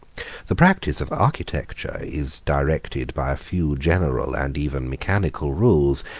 the practice of architecture is directed by a few general and even mechanical rules.